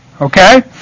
Okay